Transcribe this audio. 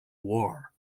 war